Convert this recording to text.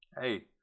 hey